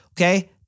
okay